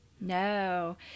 No